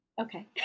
Okay